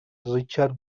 richard